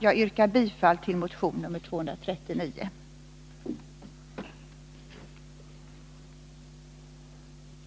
Jag yrkar bifall till motion 1980/81:239.